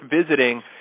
visiting